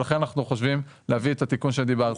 ולכן אנחנו חושבים להביא את התיקון שדיברתי עליו.